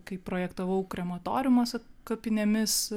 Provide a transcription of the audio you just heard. kai projektavau krematoriumą su kapinėmis